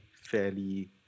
fairly